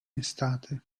estate